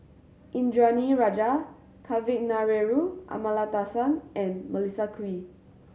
Indranee Rajah Kavignareru Amallathasan and Melissa Kwee